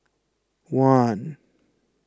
one